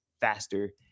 faster